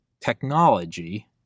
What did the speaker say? technology